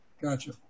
gotcha